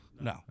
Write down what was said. No